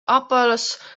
apples